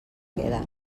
queden